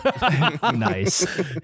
Nice